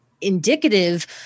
indicative